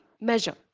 Measure